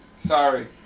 Sorry